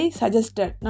suggested